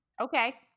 Okay